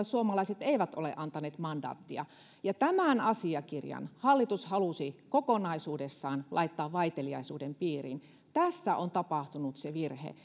suomalaiset eivät ole antaneet mandaattia tämän asiakirjan hallitus halusi kokonaisuudessaan laittaa vaiteliaisuuden piiriin tässä on tapahtunut se virhe